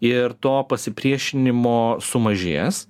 ir to pasipriešinimo sumažės